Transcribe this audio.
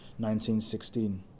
1916